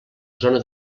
zona